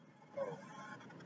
oh